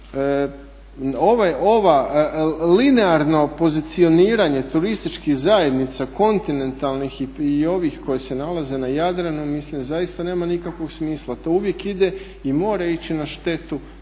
ovo linearno pozicioniranje turističkih zajednica, kontinentalnih i ovih koje se nalaze na Jadranu, mislim zaista nema nikakvog smisla. To uvijek ide i mora ići na štetu